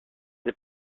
des